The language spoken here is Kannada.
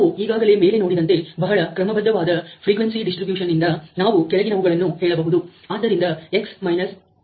ನಾವು ಈಗಾಗಲೇ ಮೇಲೆ ನೋಡಿದಂತೆ ಬಹಳ ಕ್ರಮಬದ್ಧವಾದ ಫ್ರೀಕ್ವೆನ್ಸಿ ಡಿಸ್ಟ್ರಿಬ್ಯೂಶನ್ ಯಿಂದ ನಾವು ಕೆಳಗಿನವುಗಳನ್ನು ಹೇಳಬಹುದು